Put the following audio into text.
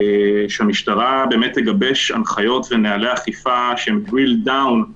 שהמשטרה תגבש הנחיות ונהלי אכיפה שהם drill down את